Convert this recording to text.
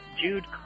Jude